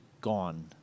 gone